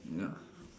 ya